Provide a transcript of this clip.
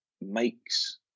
makes